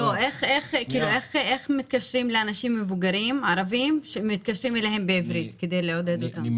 איך יכול להיות שמתקשרים לאנשים מבוגרים ערבים בעברית כדי לעודד אותם?